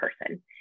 person